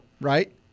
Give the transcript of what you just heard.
right